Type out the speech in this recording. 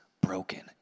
broken